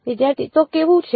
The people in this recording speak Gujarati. વિદ્યાર્થી તો કેવું છે